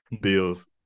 bills